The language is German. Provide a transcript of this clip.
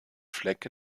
fleck